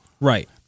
Right